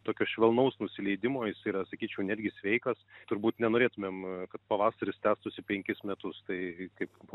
tokio švelnaus nusileidimo jis yra sakyčiau netgi sveikas turbūt nenorėtumėm kad pavasaris tęstųsi penkis metus tai kaip